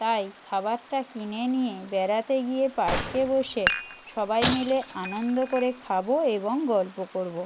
তাই খাবারটা কিনে নিয়ে বেড়াতে গিয়ে পার্কে বসে সবাই মিলে আনন্দ করে খাবো এবং গল্প করবো